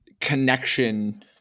connection